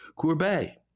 Courbet